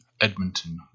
Edmonton